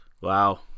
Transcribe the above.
Wow